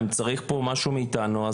אם צריך פה משהו מאתנו,